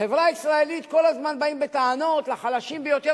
בחברה הישראלית כל הזמן באים בטענות לחלשים ביותר,